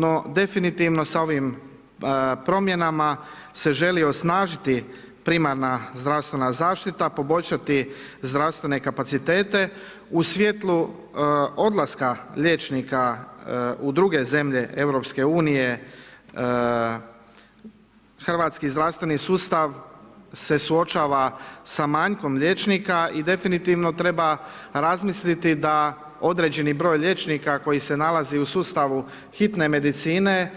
No definitivno sa ovim promjenama se želi osnažiti primarna zdravstvena zaštita, poboljšati zdravstvene kapacitete u svjetlu odlaska liječnika u druge zemlje EU Hrvatski zdravstveni sustav se suočava sa manjkom liječnika i definitivno treba razmisliti da određeni broj liječnika koji se nalazi u sustavu hitne medicine